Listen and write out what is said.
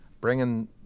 bringing